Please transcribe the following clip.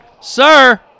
Sir